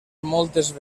moltes